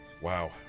Wow